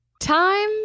Time